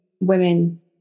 women